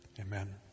amen